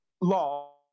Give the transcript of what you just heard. law